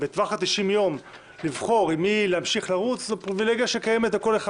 בטווח ה-90 יום לבחור עם מי להמשיך לרוץ זאת פריבילגיה שקיימת לכל אחד.